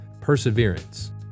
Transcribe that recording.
perseverance